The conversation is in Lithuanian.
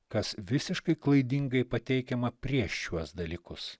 kas visiškai klaidingai pateikiama prieš šiuos dalykus